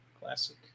classic